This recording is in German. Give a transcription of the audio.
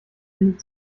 ende